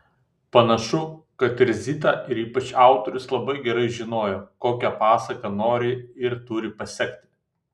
panašu kad ir zita ir ypač autorius labai gerai žinojo kokią pasaką nori ir turi pasekti